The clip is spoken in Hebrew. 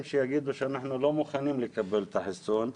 שיגידו שהם לא מוכנים לקבל את החיסון,